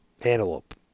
Antelope